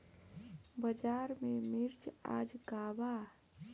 बाजार में मिर्च आज का बा?